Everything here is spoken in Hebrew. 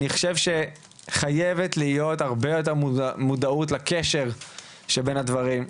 אני חושב שחייבת להיות הרבה יותר מודעות לקשר שבין הדברים.